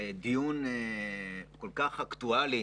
דיון כל כך אקטואלי